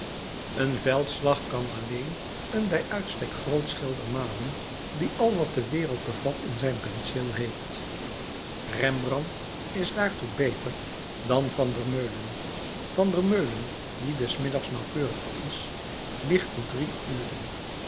een veldslag kan alleen een bij uitstek groot schilder malen die al wat de wereld bevat in zijn penseel heeft rembrandt is daartoe beter dan van der meulen van der meulen die des middags nauwkeurig is liegt te drie uren